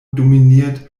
dominiert